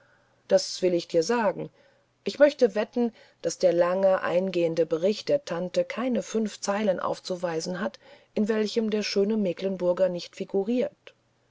das will ich dir sagen ich möchte wetten daß der lange eingehende bericht der tante keine fünf zeilen aufzuweisen hat in welchem der schöne mecklenburger nicht figuriert